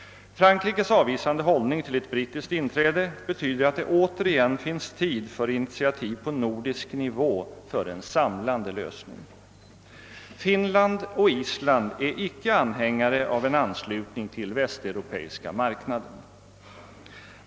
Frankrikes avvisande hållning till ett brittiskt inträde betyder att det återigen finns tid för ett initiativ på nordisk nivå för en samlande lösning. Finland och Island är icke anhängare av en anslutning till Västeuropeiska marknaden.